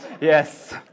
Yes